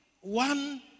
one